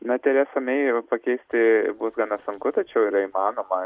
na teresą mei pakeisti bus gana sunku tačiau yra įmanoma